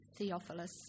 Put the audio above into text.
Theophilus